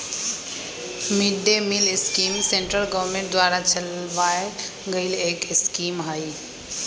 mid day meal scheme central government द्वारा चलावल गईल एक स्कीम हई